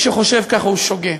מי שחושב כך שוגה.